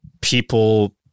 people